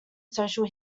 social